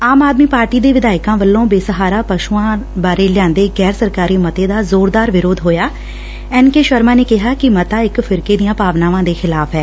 ਆਮ Aadmi Party ਦੇ ਵਿਧਾਇਕਾਂ ਵੱਲੋਂ ਬੇਸਹਾਰਾ ਪਸੁਆਂ ਬਾਰੇ ਲਿਆਂਦੇ ਗੈਰ ਸਰਕਾਰੀ ਮੱਤੇ ਦਾ ਜ਼ੋਰਦਾਰ ਵਿਰੋਧ ਹੋਇਆ ਐਨ ਕੇ ਸ਼ਰਮਾ ਨੇ ਕਿਹਾ ਕਿ ਮੱਤਾ ਇਕ ਫਿਰਕੇ ਦੀਆਂ ਭਾਵਨਾਵਾਂ ਦੇ ਖਿਲਾਫ਼ ਐ